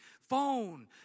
phone